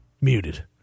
muted